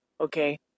Okay